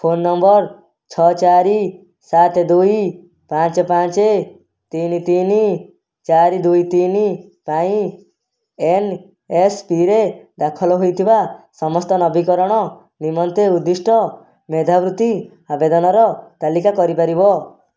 phone number ଛଅ ଚାରି ସାତ ଦୁଇ ପାଞ୍ଚ ପାଞ୍ଚ ତିନି ତିନି ଚାରି ଦୁଇ ତିନି ପାଇଁ ଏନ୍ ଏସ୍ ପି ରେ ଦାଖଲ ହୋଇଥିବା ସମସ୍ତ ନବୀକରଣ ନିମନ୍ତେ ଉଦ୍ଦିଷ୍ଟ ମେଧାବୃତ୍ତି ଆବେଦନର ତାଲିକା କରି ପାରିବ